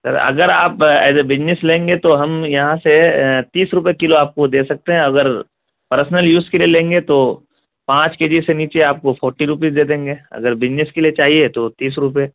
سر اگر آپ as a business لیں گے تو ہم یہاں سے تیس روپے کلو آپ کو دے سکتے ہیں اگر پرسنل یوز کے لیے لیں گے تو پانچ کے جی سے نیچے آپ کو فورٹی روپیز دے دیں گے اگر بجنس کے لیے چاہیے تو تیس روپے